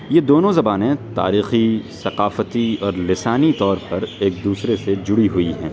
یہ دونوں زبانیں تاریخی ثقافتی اور لسانی طور پر ایک دوسرے سے جڑی ہوئی ہیں